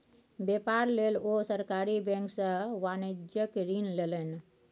बेपार लेल ओ सरकारी बैंक सँ वाणिज्यिक ऋण लेलनि